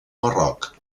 marroc